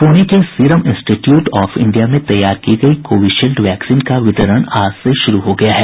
प्रणे के serum institute of India में तैयार की गई कोविशील्ड वैक्सीन का वितरण आज से शुरू हो गया है